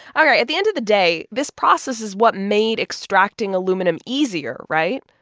ah right. at the end of the day, this process is what made extracting aluminum easier, right?